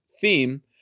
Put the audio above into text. theme